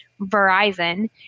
Verizon